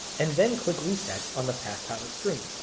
and then click reset on the pathpilot screen.